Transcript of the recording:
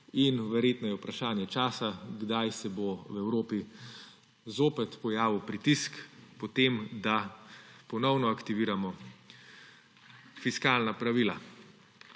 in verjetno je vprašanje časa, kdaj se bo v Evropi zopet pojavil pritisk po tem, da ponovno aktiviramo fiskalna pravila.